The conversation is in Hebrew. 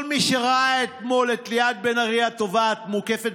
כל מי שראה אתמול את ליאת בן ארי התובעת מוקפת